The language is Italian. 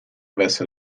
avesse